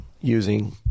using